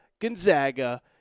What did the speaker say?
Gonzaga